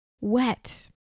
Wet